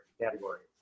categories